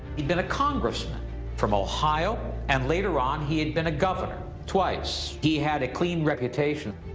he'd been a congressman from ohio. and later on he had been a governor twice. he had a clean reputation.